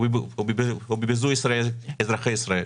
ובביזוי אזרחי ישראל.